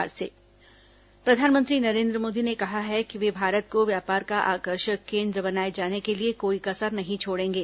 प्रधानमंत्री निवेश प्रधानमंत्री नरेंद्र मोदी ने कहा है कि वे भारत को व्यापार का आकर्षक केन्द्र बनाए जाने के लिए कोई कसर नहीं छोड़ेंगे